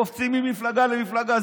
קופצים ממפלגה למפלגה.